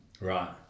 Right